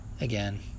again